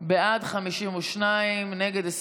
נגד?